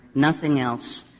nothing else,